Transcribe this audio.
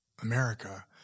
America